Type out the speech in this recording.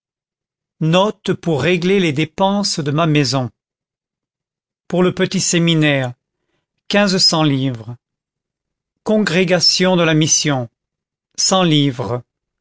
note pour régler les dépenses de ma maison pour le petit séminaire quinze cents livres congrégation de la mission cent livres